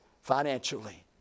financially